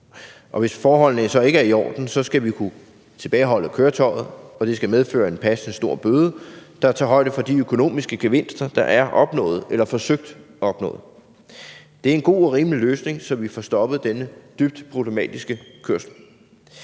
Hvis forholdene så ikke er i orden, skal vi kunne tilbageholde køretøjet, og det skal medføre en passende stor bøde, der tager højde for de økonomiske gevinster, der er opnået eller forsøgt opnået. Det er en god og rimelig løsning, så vi får stoppet denne dybt problematiske kørsel.